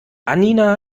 annina